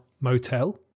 motel